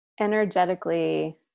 energetically